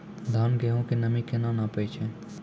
धान, गेहूँ के नमी केना नापै छै?